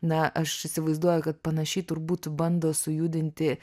na aš įsivaizduoju kad panašiai turbūt bando sujudinti